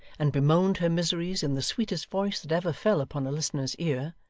and bemoaned her miseries in the sweetest voice that ever fell upon a listener's ear,